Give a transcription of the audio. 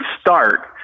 start